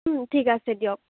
ঠিক আছে দিয়ক